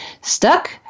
Stuck